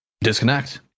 disconnect